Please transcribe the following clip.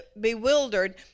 bewildered